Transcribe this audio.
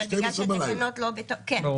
אבל בגלל שהתקנות לא בתוקף --- לא עכשיו,